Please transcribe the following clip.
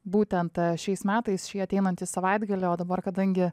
būtent šiais metais šį ateinantį savaitgalį o dabar kadangi